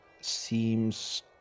seems